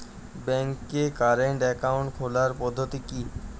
ব্যাংকে current account খোলার পদ্ধতি কি?